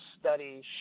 study